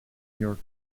york